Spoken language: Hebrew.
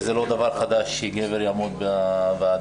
וזה לא דבר חדש שגבר יעמוד בוועדה.